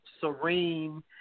serene